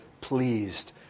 pleased